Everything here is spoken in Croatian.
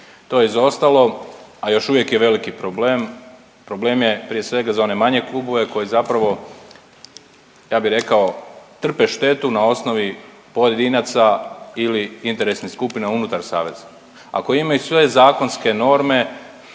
To je izostalo, a još uvijek je veliki problem. Problem je prije svega za one manje klubove koji zapravo ja bi rekao trpe štetu na osnovi pojedinaca ili interesnih skupina unutar saveza. Ako imaju sve zakonske norme